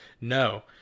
No